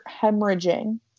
hemorrhaging